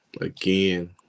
Again